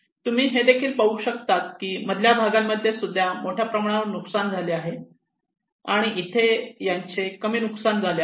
तुम्ही हे देखील पाहू शकतात कि मधल्या भागांमध्ये सुद्धा मोठ्या प्रमाणात नुकसान झाले आहे आणि इथे यांचे कमी नुकसान झालेले आहे